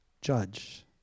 judge